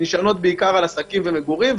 נשענות בעיקר על עסקים ומגורים,